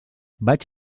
vaig